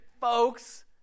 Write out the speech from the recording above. folks